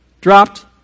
dropped